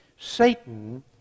Satan